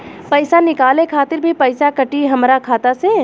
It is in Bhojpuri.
पईसा निकाले खातिर भी पईसा कटी हमरा खाता से?